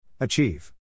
Achieve